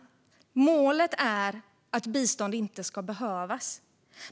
Målet är att bistånd inte ska behövas.